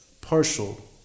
partial